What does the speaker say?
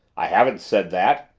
i haven't said that.